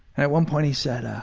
and at one point he said, ah